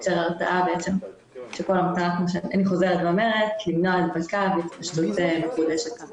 אני חוזרת ואומרת: המטרה היא למנוע הדבקה והתפשטות מחודשת של הנגיף.